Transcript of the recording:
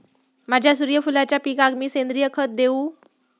माझ्या सूर्यफुलाच्या पिकाक मी सेंद्रिय खत देवू?